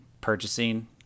purchasing